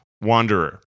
wanderer